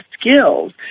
skills